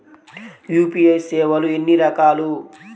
UPI సేవలు ఎన్నిరకాలు?